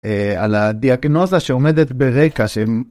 על הדיאגנוזה שעומדת ברקע שהם...